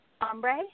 Ombre